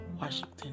Washington